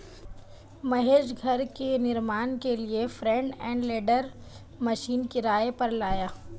महेश घर के निर्माण के लिए फ्रंट एंड लोडर मशीन किराए पर लाया